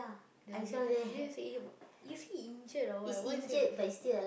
the vid~ then they say is he injured or what why is he on the f~